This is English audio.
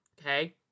okay